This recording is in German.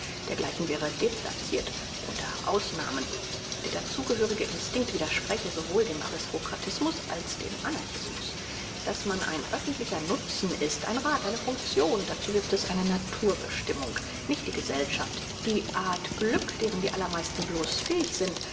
dergleichen wäre deplacirt unter ausnahmen der dazugehörige instinkt widerspräche sowohl dem aristokratismus als dem anarchismus daß man ein öffentlicher nutzen ist ein rad eine funktion dazu giebt es eine naturbestimmung nicht die gesellschaft die art glück deren die allermeisten bloß fähig sind